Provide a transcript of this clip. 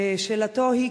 זה נכון,